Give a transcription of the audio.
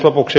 lopuksi